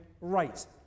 right